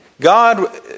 God